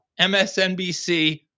MSNBC